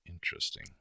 Interesting